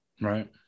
Right